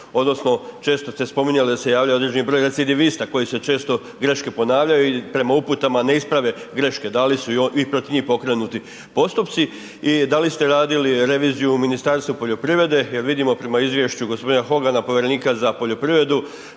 odnosno često ste spominjali da se javlja određeni broj recidivista, koje se često greške ponavljaju i prema uputama ne isprave greške, da li su i protiv njih pokrenuti postupci i da li ste radili reviziju u Ministarstvu poljoprivrede jer vidimo prema izvješću g. Hogana, povjerenika za poljoprivredu,